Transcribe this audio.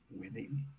Winning